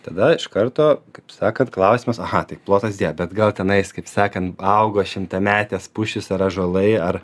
tada iš karto kaip sakant klausimas aha tai plotas didėja bet gal tenais kaip sakant augo šimtametės pušys ar ąžuolai ar